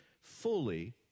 fully